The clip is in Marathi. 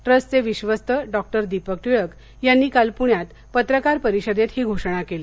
ट्रस्टचे विक्षस्थ डॉ दीपक टिळक यांनी काल पुण्यात पत्रकार परिषदेत ही घोषणा केली